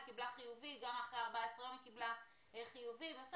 היא קיבלה חיובי וגם אחרי 14 יום היא קיבלה חיובי.